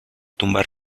tumba